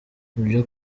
ibyo